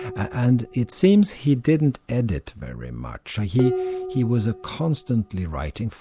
and it seems he didn't edit very much he he was constantly writing,